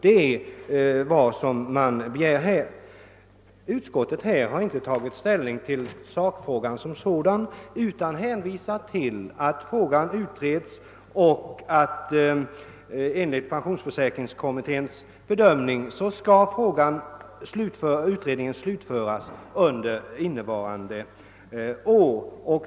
Det är nämligen vad man begärt. Utskottet har inte tagit ställning till sakfrågan utan hänvisar till att ärendet utreds och att pensionsförsäkringskommittén anser att utredningen kan vara klar innevarande år.